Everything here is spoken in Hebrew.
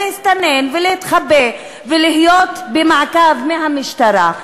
להסתנן ולהתחבא ולהיות במעקב של המשטרה.